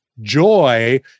joy